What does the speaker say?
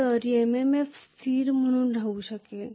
तर MMF स्थिर म्हणून राहू शकेल